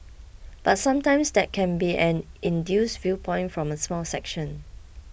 but sometimes that can be an induced viewpoint from a small section